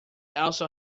also